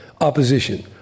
opposition